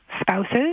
spouses